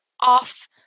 off